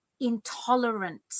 intolerant